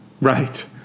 Right